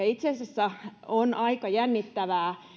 itse asiassa on aika jännittävää